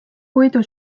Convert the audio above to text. puidu